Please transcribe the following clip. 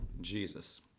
Jesus